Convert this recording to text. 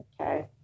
Okay